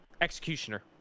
Executioner